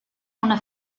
una